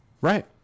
Right